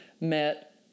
met